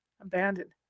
Abandoned